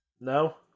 no